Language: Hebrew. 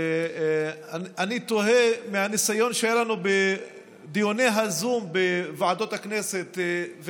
ואני תוהה מהניסיון שהיה לנו בדיוני זום בוועדות הכנסת.